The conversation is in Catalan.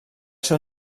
ser